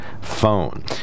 phone